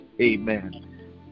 Amen